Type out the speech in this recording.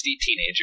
teenager